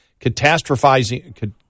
catastrophizing